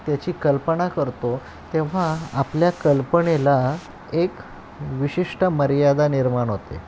त्याची कल्पना करतो तेव्हा आपल्या कल्पनेला एक विशिष्ट मर्यादा निर्माण होते